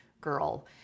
girl